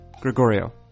Gregorio